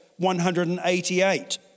188